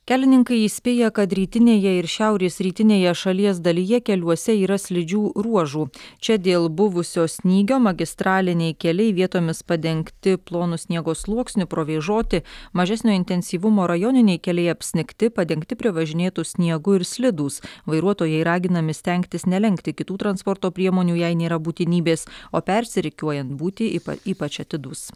kelininkai įspėja kad rytinėje ir šiaurės rytinėje šalies dalyje keliuose yra slidžių ruožų čia dėl buvusio snygio magistraliniai keliai vietomis padengti plonu sniego sluoksniu provėžoti mažesnio intensyvumo rajoniniai keliai apsnigti padengti privažinėtu sniegu ir slidūs vairuotojai raginami stengtis nelenkti kitų transporto priemonių jei nėra būtinybės o persirikiuojant būti ypač ypač atidūs